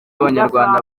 abanyarwanda